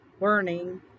learning